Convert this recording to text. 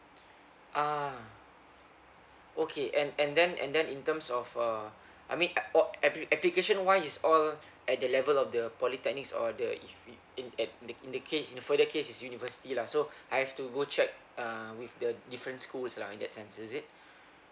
ah okay and and then and then in terms of uh I mean at all appli~ application wise is all at the level of the polytechnics or the if in in at the in the case in the further case is university lah so I've to go check uh with the different schools lah in that sense is it